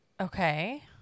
Okay